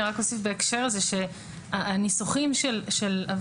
אני רק אוסיף בהקשר הזה שהניסוחים של עבירה